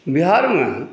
बिहारमे